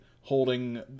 holding